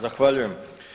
Zahvaljujem.